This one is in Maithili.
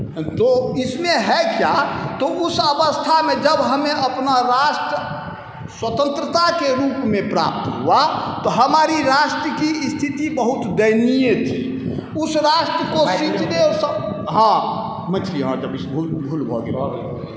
तो इसमें है किया तो उस अवस्थामे जब हमें अपना राष्ट्र स्वतन्त्रताके रूपमे प्राप्त हुआ तो हमारी राष्ट्र की इस्थिति बहुत दयनीय थी उस राष्ट्र को हँ तऽ मैथिली हँ बिस हँ भूल भऽ गेलै